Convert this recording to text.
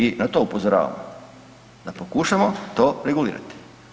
I na to upozoravam da pokušamo to regulirati.